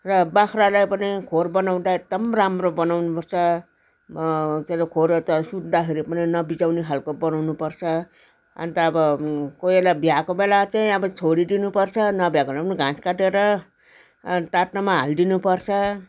र बाख्रालाई पनि खोर बनाउँदा एकदम राम्रो बनाउनुपर्छ खोरहरू त सुत्दाखेरि पनि नबिजाउने खालको बनाउनुपर्छ अन्त अब कोबी बेला भ्याएको बेला चाहिँ अब छोडिदिनुपर्छ नभ्याएको बेला घाँस काटेर टाट्नोमा हाल्दिनुपर्छ